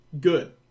good